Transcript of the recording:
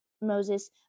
Moses